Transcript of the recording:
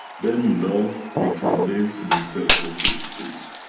then you know, you can live in a depth of the space,